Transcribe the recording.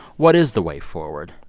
what is the way forward,